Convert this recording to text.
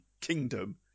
kingdom